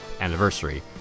anniversary